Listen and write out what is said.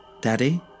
Daddy